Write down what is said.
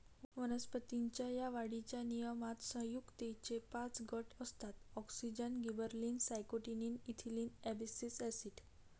वनस्पतीं च्या वाढीच्या नियमनात संयुगेचे पाच गट असतातः auxin, gibberellin, cytokinin, ethylene, abscisic acid